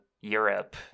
Europe